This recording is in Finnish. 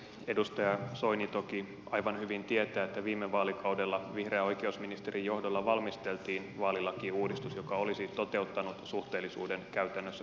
edustaja soini toki aivan hyvin tietää että viime vaalikaudella vihreän oikeusministerin johdolla valmisteltiin vaalilakiuudistus joka olisi toteuttanut suhteellisuuden käytännössä kokonaan